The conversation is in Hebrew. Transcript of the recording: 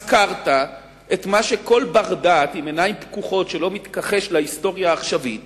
הזכרת את מה שכל בר-דעת עם עיניים פקוחות שלא מתכחש להיסטוריה העכשווית